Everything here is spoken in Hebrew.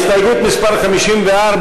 הסתייגות 54,